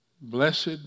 Blessed